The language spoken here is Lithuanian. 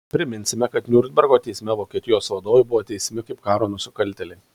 priminsime kad niurnbergo teisme vokietijos vadovai buvo teisiami kaip karo nusikaltėliai